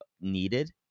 needed